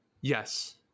Yes